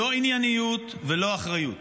לא ענייניות ולא אחריות